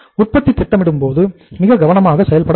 உற்பத்தி திட்டமிடும் போது மிக கவனமாக செயல்பட வேண்டும்